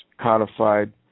codified